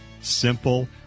simple